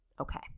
Okay